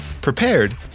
prepared